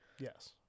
Yes